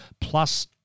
Plus